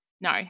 No